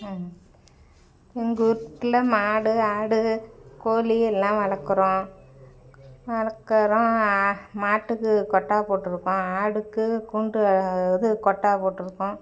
ஆ எங்கள் வீட்டுல மாடு ஆடு கோழி எல்லாம் வளர்க்கறோம் வளர்க்கறோம் மாட்டுக்கு கொட்டா போட்டுருக்கோம் ஆடுக்கு குன்று இது கொட்டா போட்டுருக்கோம்